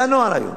זה הנוהל היום.